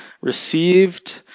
received